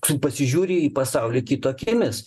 tu pasižiūri į pasaulį kito akimis